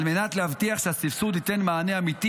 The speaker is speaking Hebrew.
על מנת להבטיח שהסבסוד ייתן מענה אמיתי